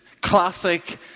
Classic